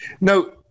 No